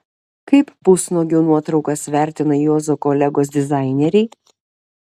kaip pusnuogio nuotraukas vertina juozo kolegos dizaineriai